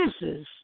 uses